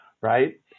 right